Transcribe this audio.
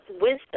wisdom